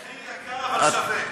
מחיר יקר, אבל שווה.